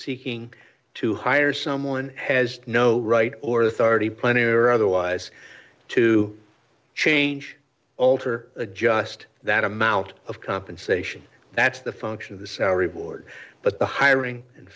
seeking to hire someone has no right or authority plenty or otherwise to change alter a just that amount of compensation that's the focus of the salary board but the hiring and